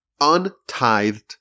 untithed